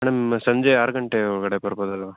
madam ಸಂಜೆ ಆರು ಗಂಟೆ ಒಳಗಡೆ ಬರ್ಬೋದಲ್ವ